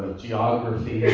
geography,